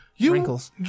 Wrinkles